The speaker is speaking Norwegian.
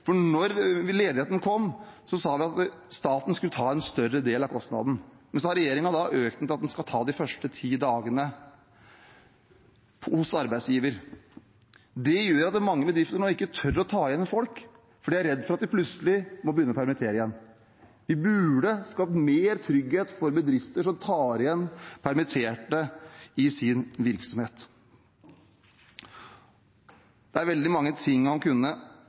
ledigheten kom, sa vi at staten skulle ta en større del av kostnaden, men så har regjeringen økt det til at man skal ta de første ti dagene hos arbeidsgiver. Det gjør at mange bedrifter nå ikke tør å ta inn folk, for de er redde for at de plutselig må begynne å permittere igjen. Vi burde skapt mer trygghet for bedrifter som tar inn igjen permitterte i sin virksomhet. Det er veldig mange ting man kunne